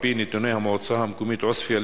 על-פי נתוני המועצה המקומית עוספיא,